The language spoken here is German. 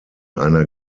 einer